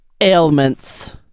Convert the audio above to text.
ailments